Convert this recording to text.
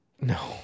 No